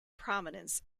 prominence